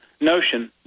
notion